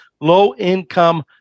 low-income